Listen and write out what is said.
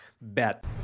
bet